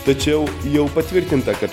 tačiau jau patvirtinta kad